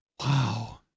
Wow